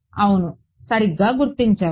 అవును సరిగ్గా గుర్తించారు